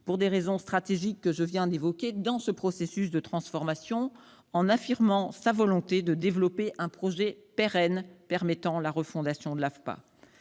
pour les raisons stratégiques que je viens d'évoquer, dans ce processus de transformation. Il a affirmé sa volonté de développer un projet pérenne permettant la refondation de l'AFPA.